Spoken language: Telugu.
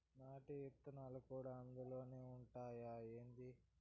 ఆటి ఇత్తనాలు కూడా అందులోనే ఉండాయా ఏంది